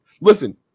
Listen